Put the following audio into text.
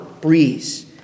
breeze